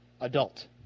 adult